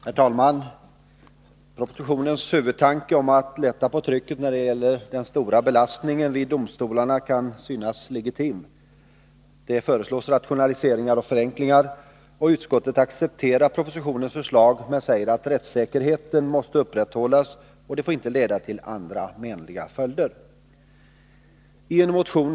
Herr talman! Propositionens huvudtanke om att lätta på trycket när det gäller den stora belastningen vid domstolarna kan synas legitim. Det föreslås rationaliseringar och förenklingar. Utskottet accepterar propositionens förslag men säger att rättssäkerheten måste upprätthållas och att andra menliga följder inte får uppkomma.